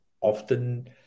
often